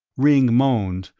ringg moaned,